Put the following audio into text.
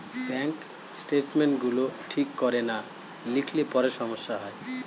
bank statements গুলো ঠিক করে না লিখলে পরে সমস্যা হয়